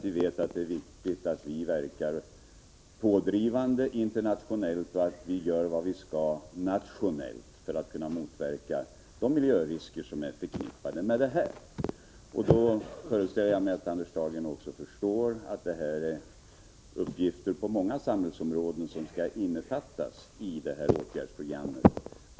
Vi vet att det är viktigt att vi verkar pådrivande internationellt och att vi gör vad vi skall göra nationellt för att motverka de miljörisker som är förknippade med luftföroreningarna. Jag föreställer mig att Anders Dahlgren också förstår att det är uppgifter på många samhällsområden som skall innefattas i detta åtgärdsprogram.